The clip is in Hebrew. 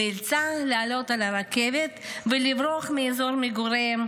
נאלצה לעלות על הרכבת ולברוח מאזור מגוריהם,